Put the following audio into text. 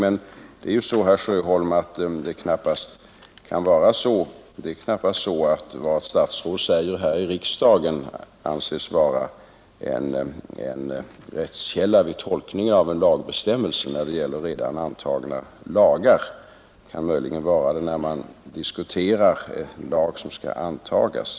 Men, herr Sjöholm, det är knappast så att vad ett statsråd säger här i riksdagen kan anses vara en rättskälla vid tolkningen av en bestämmelse i en redan antagen lag; möjligen kan det vara det när man diskuterar en lag som skall antas.